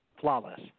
flawless